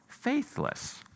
faithless